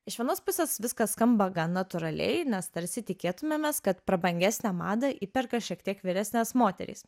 iš vienos pusės viskas skamba gan natūraliai nes tarsi tikėtumėmės kad prabangesnę madą įperka šiek tiek vyresnės moterys